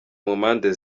mpande